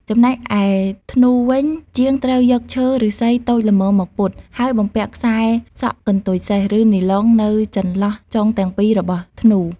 ចំណែកឯ ធ្នូ វិញ ជាងត្រូវយកឈើឫស្សីតូចល្មមមកពត់ ហើយបំពាក់ខ្សែសក់កន្ទុយសេះ ឬនីឡុងនៅចន្លោះចុងទាំងពីររបស់ធ្នូ។